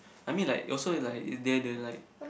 I mean like also like they are the like